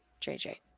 jj